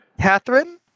Catherine